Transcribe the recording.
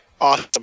Awesome